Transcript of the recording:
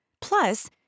Plus